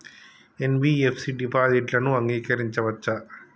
NBFC డిపాజిట్లను అంగీకరించవచ్చా?